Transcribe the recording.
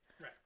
Right